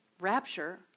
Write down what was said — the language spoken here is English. rapture